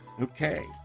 Okay